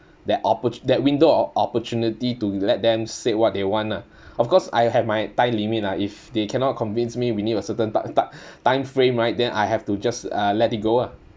that opportu~ that window of opportunity to let them said what they want ah of course I'll have my time limit lah if they cannot convince me we need a certain t~ t~ time frame right then I have to just uh let it go ah